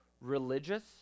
religious